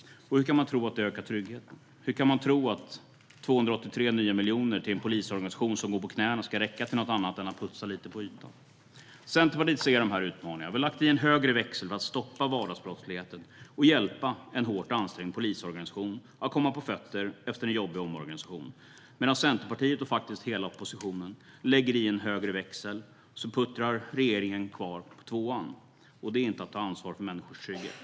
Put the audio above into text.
Hur kan man tro att det ökar tryggheten? Hur kan man tro att 283 nya miljoner till en polisorganisation som går på knäna ska räcka till något annat än att putsa lite på ytan? Centerpartiet ser dessa utmaningar. Vi har lagt i en högre växel för att stoppa vardagsbrottsligheten och hjälpa en hårt ansträngd polisorganisation att komma på fötter en jobbig omorganisation. Medan Centerpartiet och faktiskt hela oppositionen lägger i en högre växel puttrar regeringen kvar på tvåan. Det är inte att ta ansvar för människors trygghet.